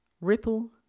ripple